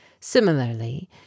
Similarly